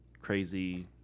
crazy